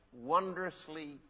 wondrously